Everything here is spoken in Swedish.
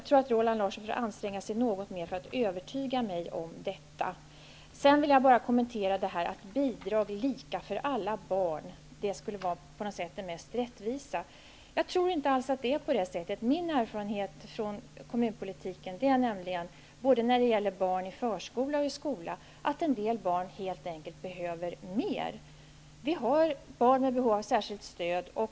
Roland Larsson får anstränga sig något mera om han skall kunna övertyga mig om detta. Jag vill kommentera tanken att bidrag som är lika för alla barn skulle vara mest rättvist. Jag tror inte alls att det är så. Min erfarenhet från kommunalpolitiken -- både när det gäller barn i förskola och i skola -- är att en del barn helt enkelt behöver mer. Det finns barn med behov av särskilt stöd.